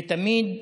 ותמיד